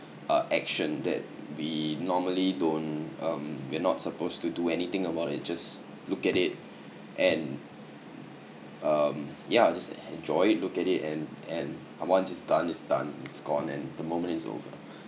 uh action that we normally don't um we're not supposed to do anything about and just look at it and um yeah just enjoy it look at it and and once it's done it's done it's gone and the moment is over